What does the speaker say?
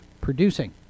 producing